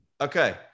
okay